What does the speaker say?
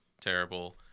terrible